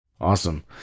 Awesome